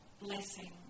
blessing